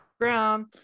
ground